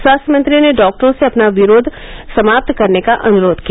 स्वास्थ्य मंत्री ने डॉक्टरों से अपना विरोध समाप्त करने का अनुरोध किया